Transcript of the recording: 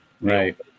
right